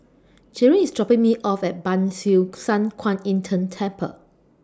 Jaron IS dropping Me off At Ban Siew San Kuan Im Tng Temple